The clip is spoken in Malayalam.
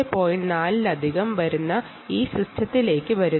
4 ലൂടെ ഈ സിസ്റ്റത്തിലേക്ക് വരുന്നു